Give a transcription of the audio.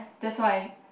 that's why